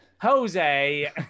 Jose